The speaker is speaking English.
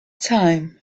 time